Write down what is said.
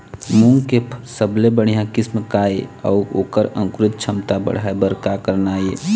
मूंग के सबले बढ़िया किस्म का ये अऊ ओकर अंकुरण क्षमता बढ़ाये बर का करना ये?